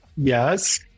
Yes